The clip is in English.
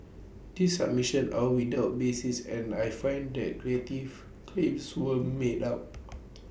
these submissions are without basis and I find that creative's claims were made out